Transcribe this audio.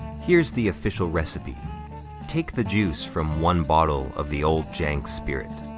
here's the official recipe take the juice from one bottle of the ol' janx spirit.